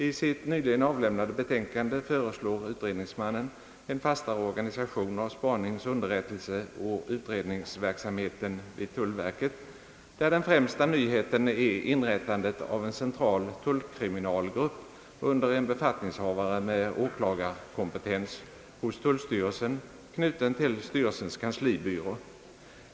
I sitt nyligen avlämnade betänkande föreslår utredningsmannen en fastare organisation av spanings-, underrättelseoch utredningsverksamheten vid tullverket, där den främsta nyheten är inrättandet av en central tullkriminalgrupp under en befattningshavare med åklagarekompetens hos tullstyrelsen, knuten till styrelsens kanslibyrå.